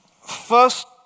first